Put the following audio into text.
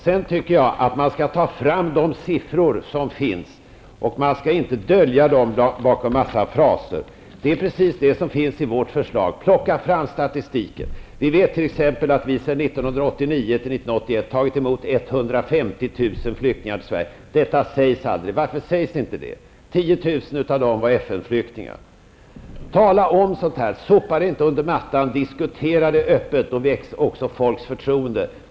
Sedan tycker jag att man skall ta fram de siffror som finns och inte dölja dem bakom en massa fraser. Det är det som ligger i vårt förslag: Plocka fram statistiken! Vi vet att vi från 1989 till 1991 tagit emot 150 000 flyktingar i Sverige. Det sägs aldrig. Varför sägs inte det? 10 000 av dem var FN Tala om sådant här! Sopa det inte under mattan! Diskutera det öppet! Då väcks också folks förtroende.